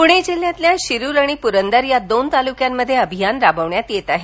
प्णे जिल्ह्यातील शिरूर आणि पुरंदर या दोन तालुक्यांत अभियान राबवण्यात येतं आहे